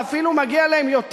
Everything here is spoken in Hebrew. ואפילו מגיע להם יותר,